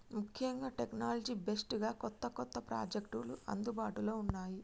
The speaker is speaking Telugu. ముఖ్యంగా టెక్నాలజీ బేస్డ్ గా కొత్త కొత్త ప్రాజెక్టులు అందుబాటులో ఉన్నాయి